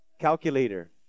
Calculator